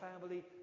family